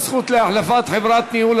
זכות להחלפת חברת ניהול),